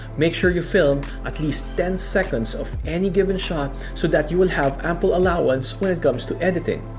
make sure you film at least ten seconds of any given shot, so that you will have ample allowance when it comes to editing.